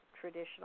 traditional